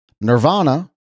Nirvana